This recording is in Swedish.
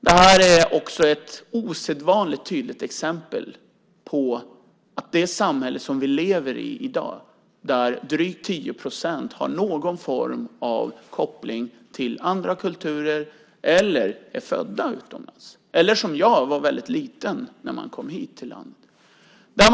Detta är också ett osedvanligt tydligt exempel på det samhälle som vi lever i i dag, där drygt 10 procent har någon form av koppling till andra kulturer eller är födda utomlands eller liksom jag var väldigt små när de kom hit till landet.